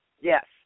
Yes